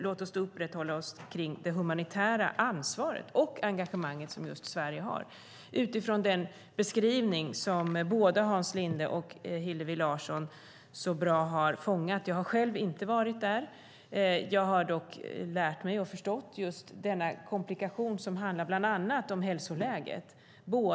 Låt oss upprätthålla oss vid det humanitära ansvaret och engagemanget från Sveriges sida utifrån den beskrivning som både Hans Linde och Hillevi Larsson så bra har fångat. Jag har själv inte varit där, men jag har lärt mig och förstått den komplikation som gäller bland annat hälsoläget.